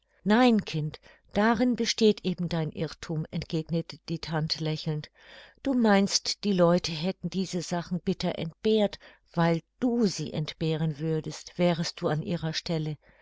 nein kind darin besteht eben dein irrthum entgegnete die tante lächelnd du meinst die leute hätten diese sachen bitter entbehrt weil du sie entbehren würdest wärest du an ihrer stelle